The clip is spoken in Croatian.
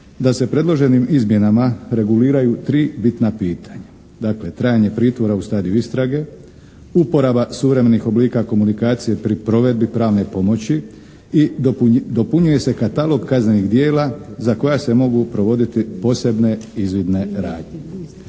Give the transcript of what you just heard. da se predloženim izmjenama reguliraju tri bitna pitanja, dakle trajanje pritvora u stadiju istrage, uporaba suvremenih oblika komunikacije pri provedbi pravne pomoći i dopunjuje se katalog kaznenih djela za koja se mogu provoditi posebne izvidne radnje.